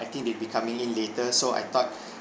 I think they'll becoming in later so I thought